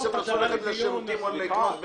כי הם רצו ללכת לשירותים או לקנות בקיוסק.